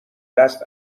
دست